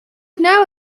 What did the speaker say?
know